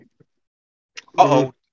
Uh-oh